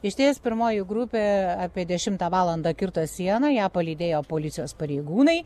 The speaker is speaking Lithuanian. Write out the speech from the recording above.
išties pirmoji grupė apie dešimtą valandą kirto sieną ją palydėjo policijos pareigūnai